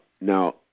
now